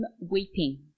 weeping